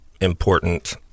important